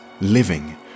living